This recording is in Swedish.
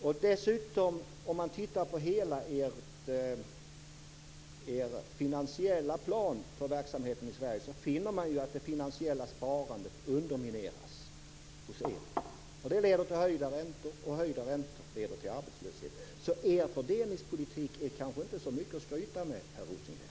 Om man dessutom tittar på hela er finansiella plan för verksamheten i Sverige finner man att det finansiella sparandet undermineras hos er. Det leder till höjda räntor, och höjda räntor leder till arbetslöshet. Så er fördelningspolitik är kanske inte så mycket att skryta med, Per Rosengren.